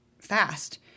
fast